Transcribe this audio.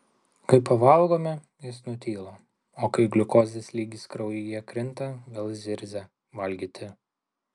kai pavalgome jis nutyla o kai gliukozės lygis kraujyje krinta vėl zirzia valgyti